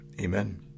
Amen